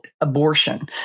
abortion